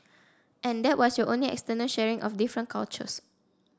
and that was your only external sharing of different cultures